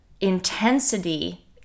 intensity